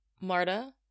Marta